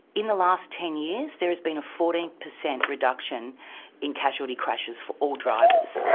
in the last ten years there has been a fourteen percent reduction in casualty crashes for all drivers.